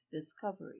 Discovery